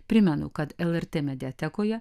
primenu kad lrt mediatekoje